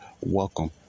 Welcome